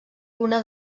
una